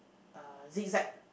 uh zig zag